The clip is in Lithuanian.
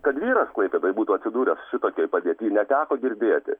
kad vyras klaipėdoj būtų atsidūręs šitokioj padėty neteko girdėti